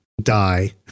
die